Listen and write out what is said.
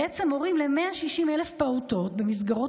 בעצם הורים ל-160,000 פעוטות במסגרות